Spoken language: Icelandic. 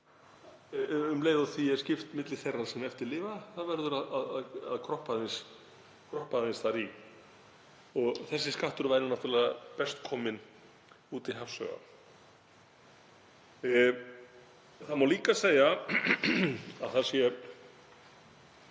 um leið og því er skipt milli þeirra sem eftir lifa, það verður að kroppa aðeins þar í. Þessi skattur væri náttúrlega best kominn úti í hafsauga. Það má líka segja að það sé